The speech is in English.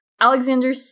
Alexander